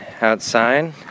outside